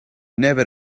never